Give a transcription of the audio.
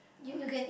uh